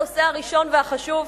הנושא הראשון והחשוב,